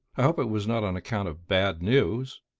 i hope it was not on account of bad news?